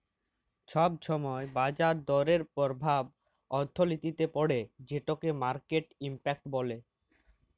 ছব ছময় বাজার দরের পরভাব অথ্থলিতিতে পড়ে যেটকে মার্কেট ইম্প্যাক্ট ব্যলে